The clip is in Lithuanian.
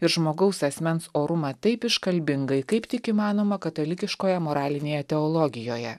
ir žmogaus asmens orumą taip iškalbingai kaip tik įmanoma katalikiškoje moralinėje teologijoje